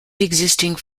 existing